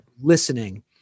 listening